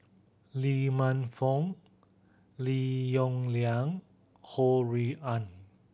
Lee Man Fong Lim Yong Liang Ho Rui An